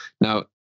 Now